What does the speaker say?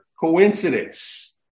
coincidence